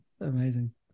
Amazing